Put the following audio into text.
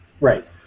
Right